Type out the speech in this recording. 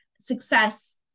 success